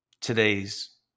today's